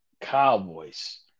Cowboys